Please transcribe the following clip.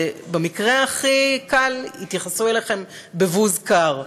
ובמקרה הכי קל יתייחסו אליכם בבוז קר.